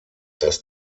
dass